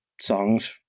songs